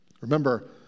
Remember